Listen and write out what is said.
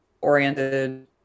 oriented